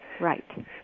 Right